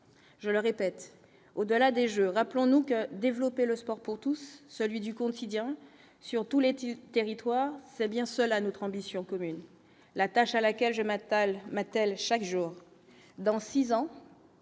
je le répète : au-delà des Jeux, rappelons-nous que développer le sport pour tous, celui du quotidien, surtout les-t-il territoire c'est bien cela notre ambition commune la tâche à laquelle je Mattel Mattel chaque jour dans 6 ans